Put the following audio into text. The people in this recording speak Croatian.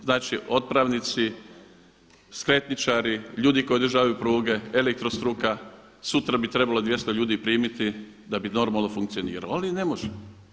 Znači otpravnici, skretničari, ljudi koji održavaju pruge, elektrostruka, sutra bi trebalo 200 ljudi primiti da bi normalno funkcionirali, ali ne može.